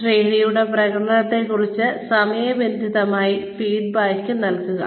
ട്രെയിനിയുടെ പ്രകടനത്തെക്കുറിച്ച് സമയബന്ധിതമായ ഫീഡ്ബാക്ക് നൽകുക